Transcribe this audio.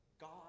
God